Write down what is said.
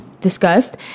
discussed